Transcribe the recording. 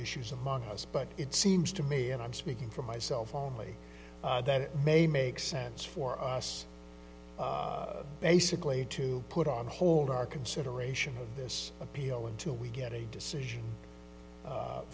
issues among us but it seems to me and i'm speaking for myself only that it may make sense for us basically to put on hold our consideration of this appeal until we get a decision